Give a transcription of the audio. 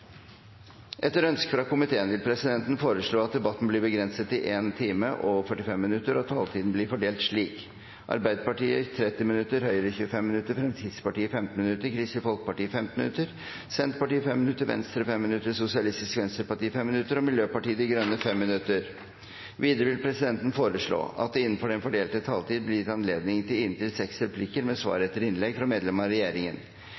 Etter ønske fra familie- og kulturkomiteen vil presidenten foreslå at debatten blir begrenset til 1 time og 45 minutter, og at taletiden blir fordelt slik: Arbeiderpartiet 30 minutter, Høyre 25 minutter, Fremskrittspartiet 15 minutter, Kristelig Folkeparti 15 minutter, Senterpartiet 5 minutter, Venstre 5 minutter, Sosialistisk Venstreparti 5 minutter og Miljøpartiet De Grønne 5 minutter. Videre vil presidenten foreslå at det – innenfor den fordelte taletid – blir gitt anledning til replikkordskifte på inntil seks replikker med svar etter innlegg fra medlemmer av